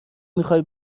میخای